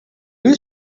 you